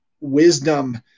wisdom